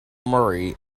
murray